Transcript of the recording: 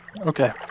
Okay